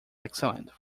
excellent